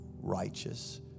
righteous